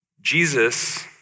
Jesus